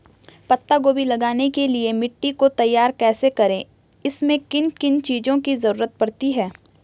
पत्ता गोभी लगाने के लिए मिट्टी को तैयार कैसे करें इसमें किन किन चीज़ों की जरूरत पड़ती है?